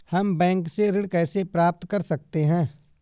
हम बैंक से ऋण कैसे प्राप्त कर सकते हैं?